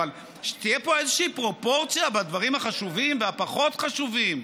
אבל שתהיה פה איזושהי פרופורציה בדברים החשובים והפחות-חשובים.